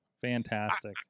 Fantastic